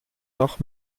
noch